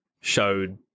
showed